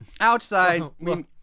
Outside